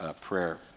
prayer